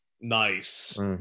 Nice